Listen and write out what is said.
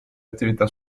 attività